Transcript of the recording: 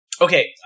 Okay